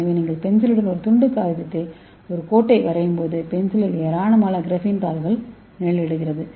எனவே நீங்கள் பென்சிலுடன் ஒரு துண்டு காகிதத்தில் ஒரு கோட்டை வரையும்போது பென்சில் ஏராளமான கிராஃபீம் தாள்களை நிழலிடுகிறது